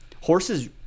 horses